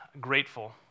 grateful